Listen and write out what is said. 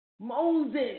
Moses